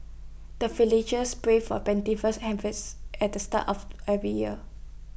the villagers pray for plentiful harvest at the start of every year